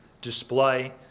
display